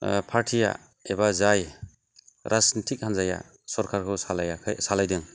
पार्टीया एबा जाय राजनिथिख हान्जायाव सरखारखौ सालायाखै सालायदों